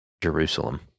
Jerusalem